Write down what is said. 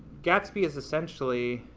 gatsby is essentially,